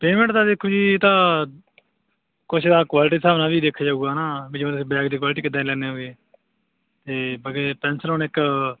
payment ਤਾਂ ਦੇਖੋ ਜੀ ਇਹ ਤਾਂ ਕੁਛ ਦਾ ਕੁਆਲਿਟੀ ਹਿਸਾਬ ਨਾਲ ਵੀ ਦੇਖਿਆ ਜਾਊਗਾ ਨਾ ਵੀ ਜਿਵੇਂ ਤੁਸੀਂ ਬੈਗ ਦੀ ਕੁਆਲਟੀ ਕਿੱਦਾਂ ਦੀ ਲੈਂਦੇ ਹੈਗੇ ਅਤੇ ਬਾਕੀ ਹੁਣ ਇੱਕ